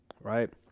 right